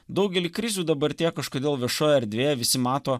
daugelį krizių dabartyje kažkodėl viešoje erdvėje visi mato